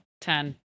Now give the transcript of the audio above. Ten